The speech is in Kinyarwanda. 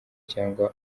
cyangwa